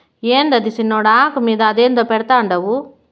యాందది సిన్నోడా, ఆకు మీద అదేందో పెడ్తండావు